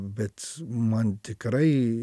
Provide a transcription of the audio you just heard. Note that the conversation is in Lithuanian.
bet man tikrai